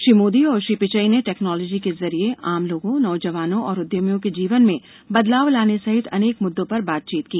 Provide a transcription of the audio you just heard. श्री मोदी और श्री पिचई ने टेक्नोंलाजी के जरिए आम लोगों नौजवानों और उद्यमियों के जीवन में बदलाव लाने सहित अनेक मुद्दों पर बातचीत की